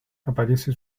aparece